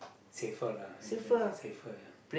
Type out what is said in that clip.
safer lah you see ya safer lah